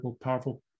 powerful